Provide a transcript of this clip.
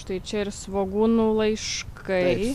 štai čia ir svogūnų laiškai